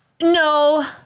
No